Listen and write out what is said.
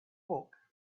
book